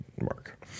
mark